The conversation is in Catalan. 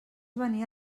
venia